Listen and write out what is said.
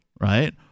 right